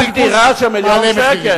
רק דירה של מיליון שקל.